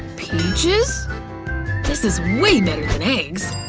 pages this is way better thanks